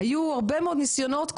היו הרבה מאוד ניסיונות,